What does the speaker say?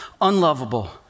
unlovable